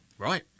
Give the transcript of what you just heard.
Right